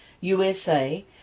USA